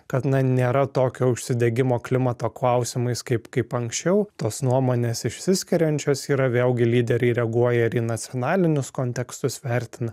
kad na nėra tokio užsidegimo klimato klausimais kaip kaip anksčiau tos nuomonės išsiskiriančios yra vėlgi lyderiai reaguoja ir į nacionalinius kontekstus vertina